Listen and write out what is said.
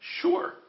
Sure